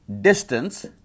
distance